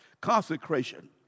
Consecration